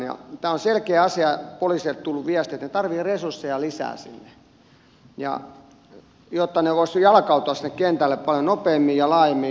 tämä on selkeä asia poliiseilta tullut viesti että he tarvitsevat resursseja lisää sinne jotta he voisivat jalkautua sinne kentälle paljon nopeammin ja laajemmin